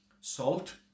salt